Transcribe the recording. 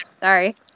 Sorry